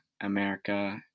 America